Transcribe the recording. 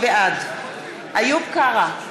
בעד איוב קרא,